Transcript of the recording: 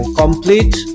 complete